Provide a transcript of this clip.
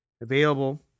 available